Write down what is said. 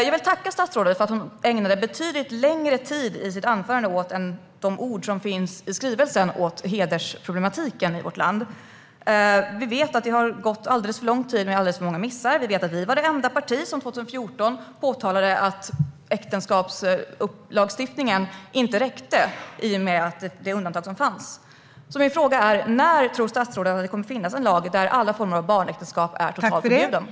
Jag vill tacka statsrådet för att hon ägnade betydligt längre tid i sitt anförande än de ord som finns i skrivelsen åt hedersproblematiken i vårt land. Vi vet att det har gått alldeles för lång tid med alldeles för många missar. Vi vet att vi var det enda parti som 2014 påtalade att äktenskapslagstiftningen inte räckte i och med det undantag som fanns. Min fråga är: När tror statsrådet att det kommer att finnas en lag där alla former av barnäktenskap är totalförbjudna?